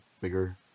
bigger